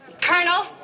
Colonel